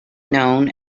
known